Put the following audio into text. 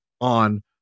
on